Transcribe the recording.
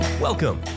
Welcome